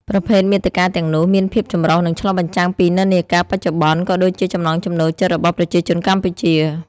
ប្រភេទមាតិកាទាំងនោះមានភាពចម្រុះ និងឆ្លុះបញ្ចាំងពីនិន្នាការបច្ចុប្បន្ន ក៏ដូចជាចំណង់ចំណូលចិត្តរបស់ប្រជាជនកម្ពុជា។